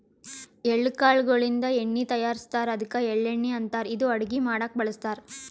ಎಳ್ಳ ಕಾಳ್ ಗೋಳಿನ್ದ ಎಣ್ಣಿ ತಯಾರಿಸ್ತಾರ್ ಅದ್ಕ ಎಳ್ಳಣ್ಣಿ ಅಂತಾರ್ ಇದು ಅಡಗಿ ಮಾಡಕ್ಕ್ ಬಳಸ್ತಾರ್